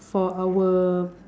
for our